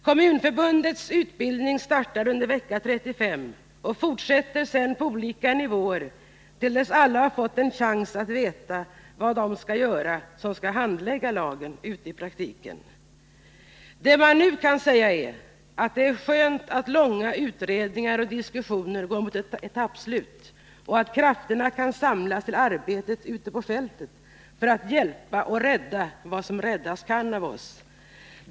Kommunförbundets utbildning startar under vecka 35 och fortsätter sedan på olika nivåer till dess att alla har fått en chans att veta vad de skall göra som skall handlägga lagen i praktiken. Det man nu kan säga är att det är skönt att långa utredningar och diskussioner går mot ett etappslut och att krafterna kan samlas för arbetet ute på fältet för att hjälpa och rädda vad som räddas kan av oss.